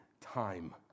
time